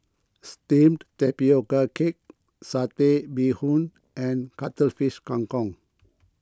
Steamed Tapioca Cake Satay Bee Hoon and Cuttlefish Kang Kong